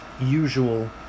usual